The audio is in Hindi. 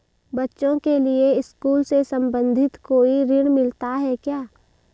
बच्चों के लिए स्कूल से संबंधित कोई ऋण मिलता है क्या?